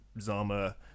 Zama